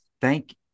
thank